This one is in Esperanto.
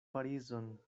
parizon